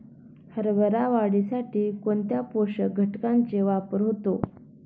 हरभरा वाढीसाठी कोणत्या पोषक घटकांचे वापर होतो?